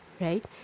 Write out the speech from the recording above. right